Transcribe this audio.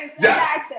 yes